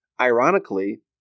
ironically